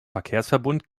verkehrsverbund